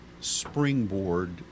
springboard